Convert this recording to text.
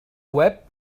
web